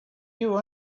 you